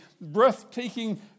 breathtaking